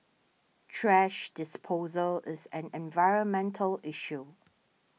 thrash disposal is an environmental issue